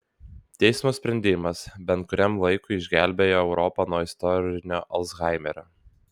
teismo sprendimas bent kuriam laikui išgelbėjo europą nuo istorinio alzhaimerio